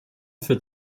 für